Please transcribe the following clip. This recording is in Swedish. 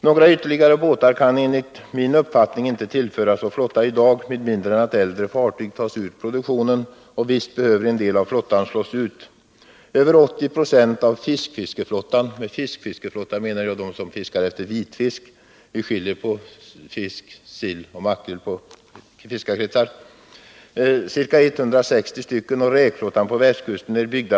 Några ytterligare båtar kan enligt min uppfattning inte tillföras vår flotta i dag med mindre än att äldre fartyg tas ur produktionen. Och visst behöver en del av flottan slås ut. Över 80 26 av fiskfiskeflottan — ca 160 båtar — och räkflottan på västkusten byggdes före 1950. Med fiskfiskeflottan menar jag den flotta som fiskar vitfisk. I fiskarkretsar skiljer vi på fisk, sill och makrill.